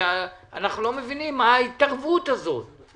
שאנחנו לא מבינים מה ההתערבות הזאת.